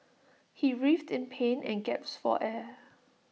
he writhed in pain and gasped for air